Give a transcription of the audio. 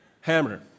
Hammer